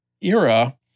era